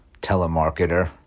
telemarketer